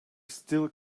still